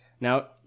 Now